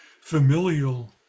familial